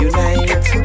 Unite